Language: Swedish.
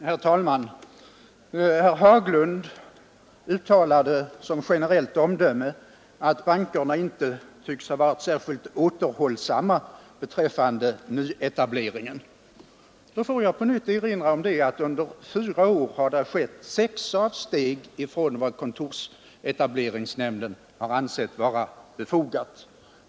Herr talman! Herr Haglund uttalade som generellt omdöme att bankerna inte tycks ha varit särskilt återhållsamma beträffande nyetableringen. Då får jag på nytt erinra om att det under fyra år har gjorts sex avsteg från vad kontorsetableringsnämnden har ansett vara befogat.